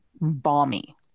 Balmy